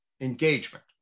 engagement